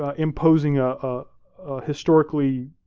ah imposing ah ah historically,